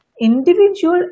Individual